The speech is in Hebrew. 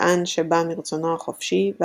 טען שבא מרצונו החופשי,